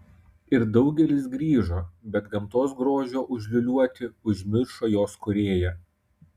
ir daugelis grįžo bet gamtos grožio užliūliuoti užmiršo jos kūrėją